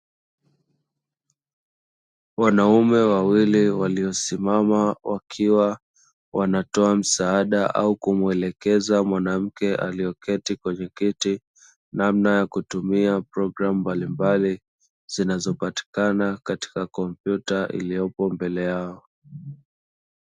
Wanaume wawili waliosimama wakiwa wanatoa msaada au kumwelekeza mwanamke aliyeketi kwenye kiti namna ya kutumia programu mbalimbali zinazopatikana katika kompyuta iliyopo mbele yao.